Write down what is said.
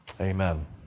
Amen